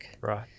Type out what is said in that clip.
right